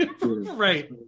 right